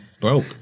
broke